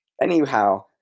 Anyhow